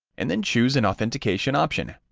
and then choose an authentication option.